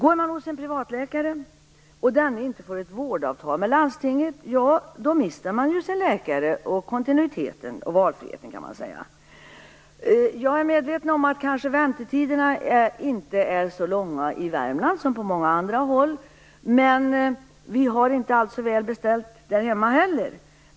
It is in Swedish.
Om man går hos en privatläkare och denne inte får något vårdavtal med landstinget mister man sin läkare och därmed också kontinuiteten och valfriheten, kan man säga. Jag är medveten om att väntetiderna i Värmland kanske inte är så långa som på många andra håll, men vi har inte allt så väl beställt hemma i Värmland heller.